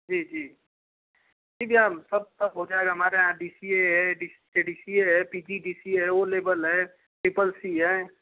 जी जी जी भैया सब सब हो जायेगा हमारे यहाँ डी सी ए है डी सी ए है P G D C A है ओ लेबल है ट्रिपल सी है